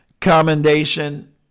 commendation